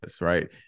right